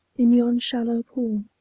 in yon shallow pool,